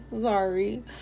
Sorry